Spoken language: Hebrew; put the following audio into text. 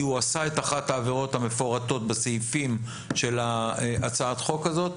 הוא עשה את אחת העבירות המפורטות בסעיפים של הצעת החוק הזאת,